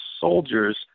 soldiers